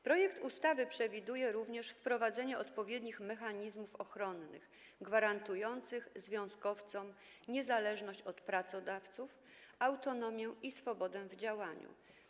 Projekt ustawy przewiduje również wprowadzenie odpowiednich mechanizmów ochronnych gwarantujących związkowcom niezależność od pracodawców, autonomię i swobodę w działaniu.